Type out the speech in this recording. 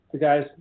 guys